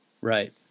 Right